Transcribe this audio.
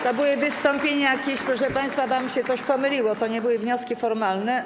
To były wystąpienia, proszę państwa, wam się coś pomyliło, to nie były wnioski formalne.